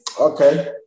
Okay